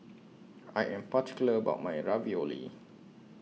I Am particular about My Ravioli